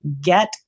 get